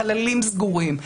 חללים סגורים.